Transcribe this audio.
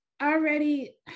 already